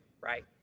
right